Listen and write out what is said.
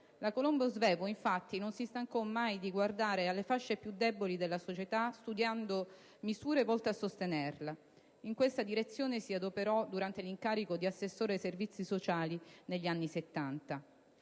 La Colombo Svevo, infatti, non si stancò mai di guardare alle fasce più deboli della società, studiando misure volte a sostenerle. In questa direzione si adoperò durante l'incarico di assessore ai servizi sociali negli anni '70.